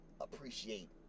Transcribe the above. appreciate